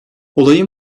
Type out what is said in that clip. olayın